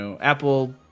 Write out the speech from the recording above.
Apple